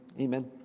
Amen